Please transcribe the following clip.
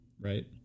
Right